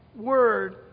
word